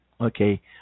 Okay